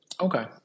Okay